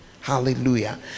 hallelujah